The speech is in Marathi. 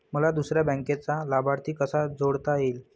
मला दुसऱ्या बँकेचा लाभार्थी कसा जोडता येईल?